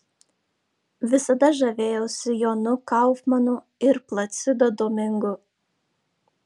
visada žavėjausi jonu kaufmanu ir placido domingu